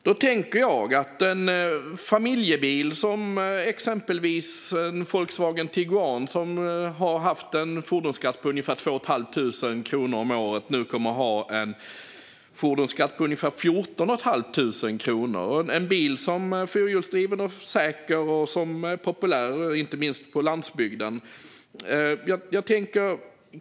Då tänker jag på en familjebil som exempelvis Volkswagen Tiguan, som har haft en fordonsskatt på ungefär 2 500 kronor om året, nu kommer att ha en fordonsskatt på ungefär 14 500 kronor. Det är en bil som är fyrhjulsdriven, säker och populär, inte minst på landsbygden.